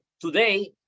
today